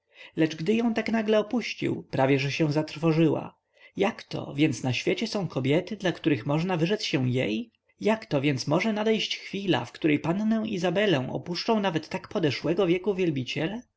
lecz gdy ją tak nagle opuścił prawie że się zatrwożyła jakto więc na świecie są kobiety dla których można wyrzec się jej jakto więc może nadejść chwila w której pannę izabelę opuszczą nawet tak podeszłego wieku wielbiciele